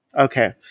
okay